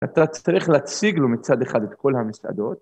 אתה צריך להציג לו מצד אחד את כל המסעדות